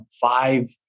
five